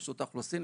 רשות האוכלוסין,